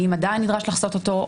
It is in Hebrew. האם עדיין נדרש לחשוף אותו?